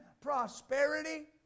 prosperity